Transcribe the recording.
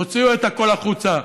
תוציאו את הכול החוצה,